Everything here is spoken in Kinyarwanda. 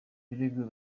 birego